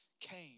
came